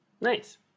Nice